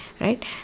right